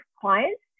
clients